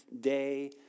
Day